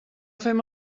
fem